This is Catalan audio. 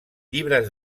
llibres